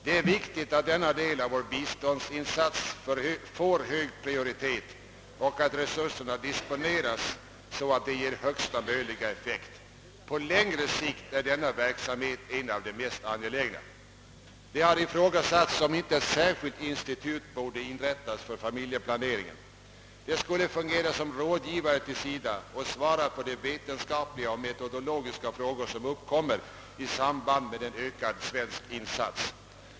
Det är viktigt att denna del av vår biståndsinsats får hög prioritet och att resurserna disponeras så, att de ger högsta möjliga effekt. På längre sikt är denna verksamhet en av de mest angelägna. Det har ifrågasatts, om inte ett särskilt institut borde inrättas för familjeplanering. Det skulle fungera som rådgivare till SIDA och svara för de vetenskapliga och metodologiska frågor som uppkommer i samband med en ökad svensk insats.